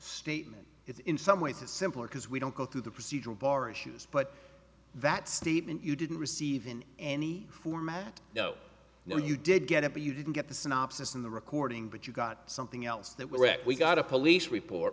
statement it's in some ways it's simpler because we don't go through the procedural bar issues but that statement you didn't receive even any format no no you did get it but you didn't get the synopsis in the recording but you got something else that was wrecked we got a police report